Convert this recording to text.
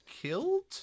killed